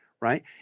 right